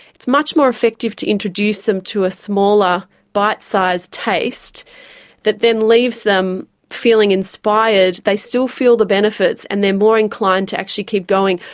it's much more effective to introduce them to a smaller bite-sized taste that then leaves them feeling inspired. they still feel the benefits and they are more inclined to actually keep going,